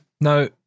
Now